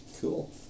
Cool